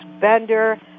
Bender